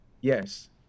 yes